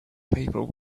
people